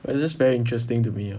it's just very interesting to me lah